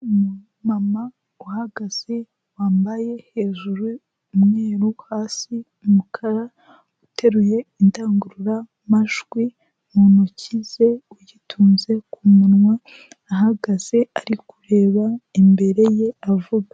Umuma uhagaze wambaye hejuru umweru, hasi umukara, uteruye indangururamajwi mu ntoki ze, uyitunze ku kumunwa, ahagaze ari kureba imbere ye avuga.